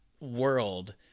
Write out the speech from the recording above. world